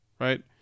right